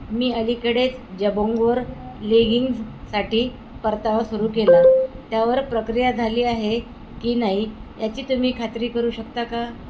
मी अलीकडेच जबोंगोर लेगिंग्जसाठी परतावा सुरू केला त्यावर प्रक्रिया झाली आहे की नाही याची तुम्ही खात्री करू शकता का